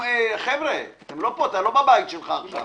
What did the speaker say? חבר'ה, אתה לא בבית שלך עכשיו.